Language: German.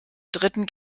dritten